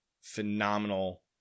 Phenomenal